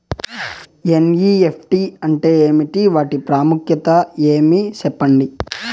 NEFT అంటే ఏమి వాటి ప్రాముఖ్యత ఏమి? సెప్పండి?